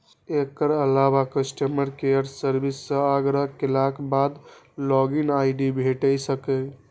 एकर अलावा customer care service सं आग्रह केलाक बाद लॉग इन आई.डी भेटि सकैए